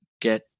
get